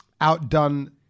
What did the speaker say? Outdone